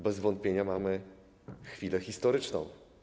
Bez wątpienia mamy chwilę historyczną.